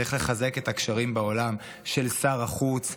צריך לחזק את הקשרים של שר החוץ בעולם,